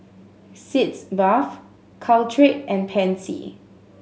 Sitz Bath Caltrate and Pansy